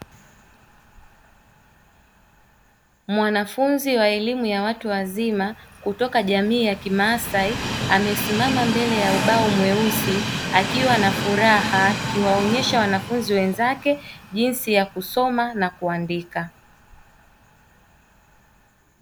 Mwanafunzi wa elimu ya watu wazima kutoka jamii ya kimaasai amesimama mbele ya ubao mweusi akiwa na furaha akiwaonyesha wanafunzi wenzake jinsi ya kusoma na kuandika.